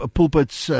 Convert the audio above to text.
Pulpits